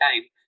time